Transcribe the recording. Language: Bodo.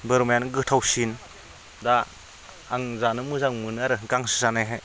बोरमायानो गोथावसिन दा आं जानो मोजां मोनो आरो गांसो जानायखाय